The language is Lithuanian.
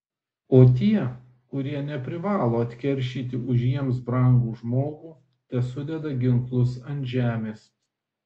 o tie kurie neprivalo atkeršyti už jiems brangų žmogų tesudeda ginklus ant žemės